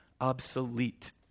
obsolete